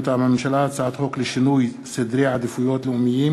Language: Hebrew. מטעם הממשלה: הצעת חוק לשינוי סדרי עדיפויות לאומיים